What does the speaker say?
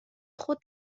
خود